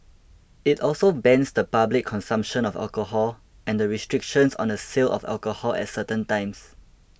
it also bans the public consumption of alcohol and restrictions on the sale of alcohol at certain times